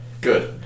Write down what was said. Good